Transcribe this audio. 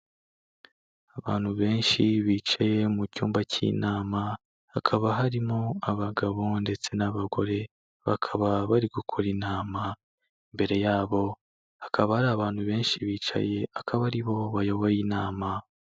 Abantu benshi bicaye mu cyumba cy'inama, hakaba harimo abagabo ndetse n'abagore bakaba bari gukora inama, imbere yabo hakaba hari abantu benshi bicaye akaba aribo bayoboye inama.